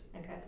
okay